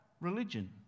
religion